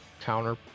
counter